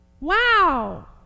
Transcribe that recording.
Wow